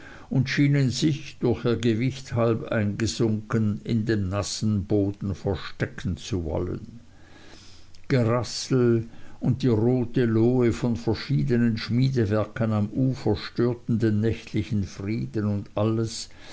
und schienen sich durch ihr gewicht halb eingesunken in dem nassen boden verstecken zu wollen gerassel und die rote lohe von verschiedenen schmiedewerken am ufer störten den nächtlichen frieden und alles